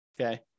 okay